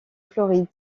floride